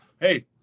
hey